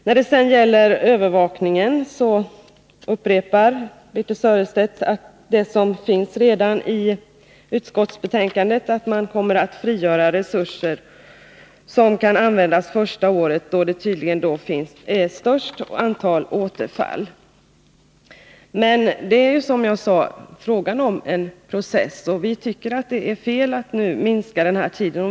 När det sedan gäller övervakningen upprepar Birthe Sörestedt vad som står i utskottsbetänkandet, att man kommer att frigöra resurser som kan användas första året, då antalet återfall tydligen är störst. Men det är, som jag redan har sagt, fråga om en process. Det är fel att minska tiden.